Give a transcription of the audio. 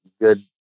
good